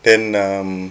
then um